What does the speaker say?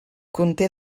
conté